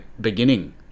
beginning